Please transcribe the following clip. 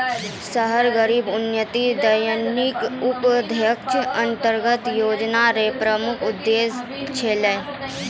शहरी गरीबी उन्मूलन दीनदयाल उपाध्याय अन्त्योदय योजना र प्रमुख उद्देश्य छलै